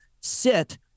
sit